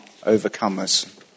overcomers